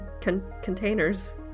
containers